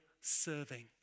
serving